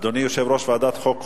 אדוני יושב-ראש ועדת החוקה,